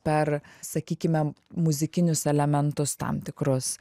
per sakykime muzikinius elementus tam tikrus